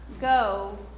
go